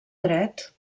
dret